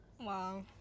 wow